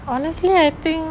honestly I think